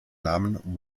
namen